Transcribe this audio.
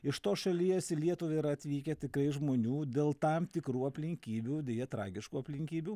iš tos šalies į lietuvą yra atvykę tikai žmonių dėl tam tikrų aplinkybių deja tragiškų aplinkybių